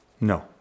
No